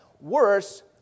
Worse